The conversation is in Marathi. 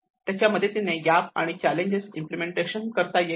त्याच्या मदतीने गॅप आणि चॅलेंजेस इम्पलेमेंटेशन करता येईल